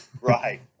Right